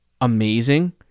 amazing